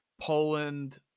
Poland